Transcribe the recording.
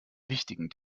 wichtigen